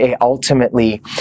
ultimately